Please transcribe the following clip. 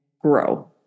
grow